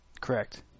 Correct